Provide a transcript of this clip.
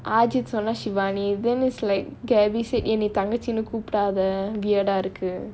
ajeedh சொன்னான்:sonnaan shivani then is like gaby said என்ன தங்கச்சின்னு கூப்பிடாத:enna thangachinnu koopidaatha